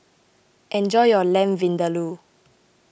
enjoy your Lamb Vindaloo